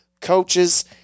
coaches